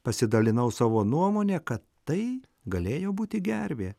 pasidalinau savo nuomone kad tai galėjo būti gervė